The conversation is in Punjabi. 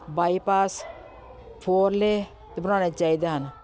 ਬਾਈਪਾਸ ਫੋਰ ਲੇਅ 'ਤੇ ਬਣਾਉਣੇ ਚਾਹੀਦੇ ਹਨ